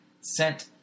sent